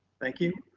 thank you,